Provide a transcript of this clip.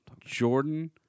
Jordan